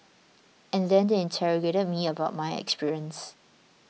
and then they interrogated me about my experience